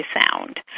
sound